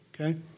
okay